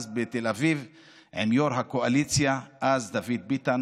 בתל אביב עם יו"ר הקואליציה דאז דוד ביטן